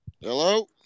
Hello